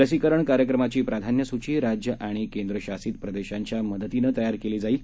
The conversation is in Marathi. लसीकरण कार्यक्रमाची प्राधान्य सूची राज्य आणि केंद्रशासित प्रदेशांच्या मदतीनं तयार केली जाईल